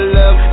love